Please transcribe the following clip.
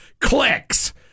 clicks